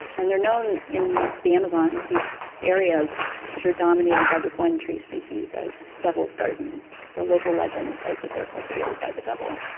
and they're known in the amazon, these areas which are dominated by this one tree species, as devil's gardens, because a local legend says that they're cultivated by the devil.